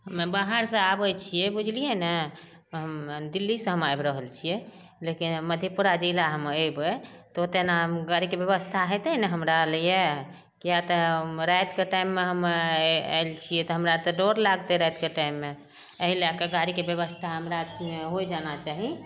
हम्मे बाहरसे आबै छियै बुझलियै ने तऽ हम दिल्लीसे हम आबि रहल छियै लेकिन मधेपुरा जिला हम अयबै ओ तेना हम गाड़ीके व्यवस्था हेतै ने हमरा लिये किए तऽ हम रातिके टाइममे हम आयल छियै तऽ हमरा तऽ डर लागतै रातिके टाइममे अयलाके गाड़ीके व्यवस्था हमरा कि ने होइ जाना चाही